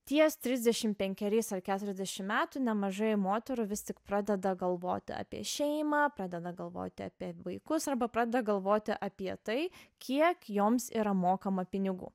ties trisdešim penkeriais ar keturiasdešim metų nemažai moterų vis tik pradeda galvoti apie šeimą pradeda galvoti apie vaikus arba pradeda galvoti apie tai kiek joms yra mokama pinigų